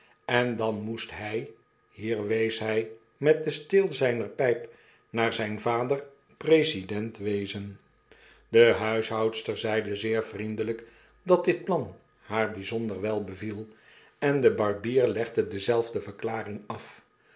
en dan moest hi hier wees hij met den steel zyner pijp naar zyn vader president wezen de huishoudster zeide zeer vriendelyk dat dit plan haar bijzonder wel beviel en de barbier legde dezelfde verklaring af